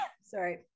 Sorry